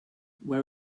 where